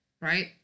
Right